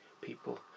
people